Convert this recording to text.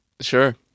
Sure